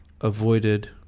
avoided